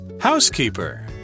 Housekeeper